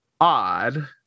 odd